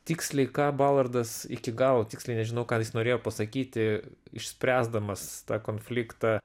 tiksliai ką balardas iki galo tiksliai nežinau ką jis norėjo pasakyti išspręsdamas konfliktą